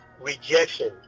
rejection